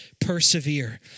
Persevere